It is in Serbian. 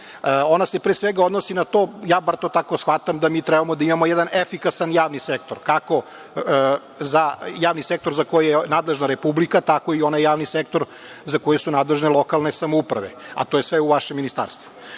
Ona se, pre svega, odnosi na to, ja bar to tako shvatam, da mi treba da imamo jedan efikasan javni sektor, kako javni sektor za koji je nadležna Republika, tako i onaj javni sektor za koji su nadležne lokalne samouprave, a to je sve u vašem ministarstvu. Zanima